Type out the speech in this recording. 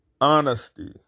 Honesty